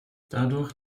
dadurch